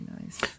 nice